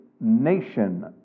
nation